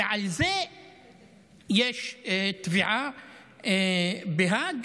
ועל זה יש תביעה בהאג,